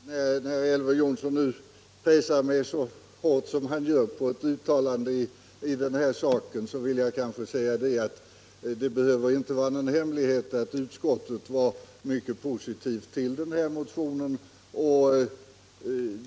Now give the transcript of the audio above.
Herr talman! Eftersom Elver Jonsson nu pressar mig så hårt på ett uttalande i denna fråga, vill jag säga att det behöver inte vara någon hemlighet att utskottet var mycket positivt till denna motion.